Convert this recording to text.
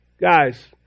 guys